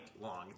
long